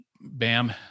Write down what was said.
bam